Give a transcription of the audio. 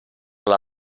alla